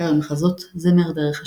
בעיקר במחזות זמר "דרך השירה"